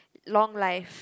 long life